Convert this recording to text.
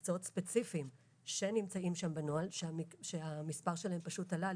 ספציפיים שנמצאים שם בנוהל שהמספר שלהם פשוט עלה.